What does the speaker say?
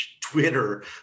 Twitter